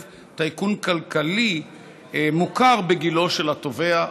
טייקון כלכלי מוכר בגילו של התובע,